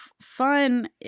fun